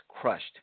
crushed